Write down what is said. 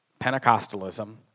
Pentecostalism